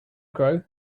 grow